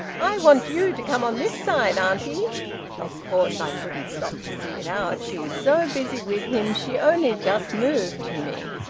i want you to come on this side, auntie of course i couldn't stop to see it out. she was so busy with him she only just moved to me.